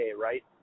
right